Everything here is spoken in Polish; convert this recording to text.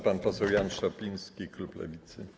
Pan poseł Jan Szopiński, klub Lewicy.